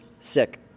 sick